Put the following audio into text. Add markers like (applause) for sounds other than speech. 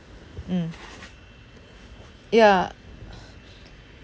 mm ya (noise)